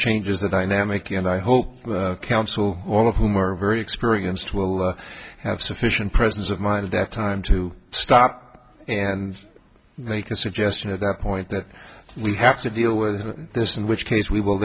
changes the dynamic and i hope counsel all of whom are very experienced will have sufficient presence of mind at that time to stop and make a suggestion at that point that we have to deal with this in which case we will